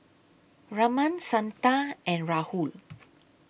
Raman Santha and Rahul